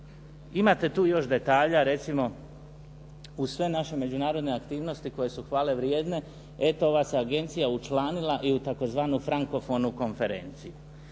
imate tu još detalja recimo uz sve naše međunarodne aktivnosti koje su hvale vrijedne eto ova se agencija učlanila i u tzv. Frankofonu konferenciju.